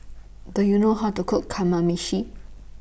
Do YOU know How to Cook Kamameshi